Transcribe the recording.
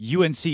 UNC